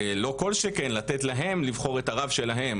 לא כל שכן לתת להם לבחור את הרב שלהם.